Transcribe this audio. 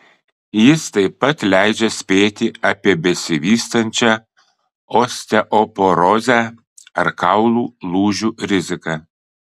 jis taip pat leidžia spėti apie besivystančią osteoporozę ar kaulų lūžių riziką